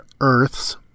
earth's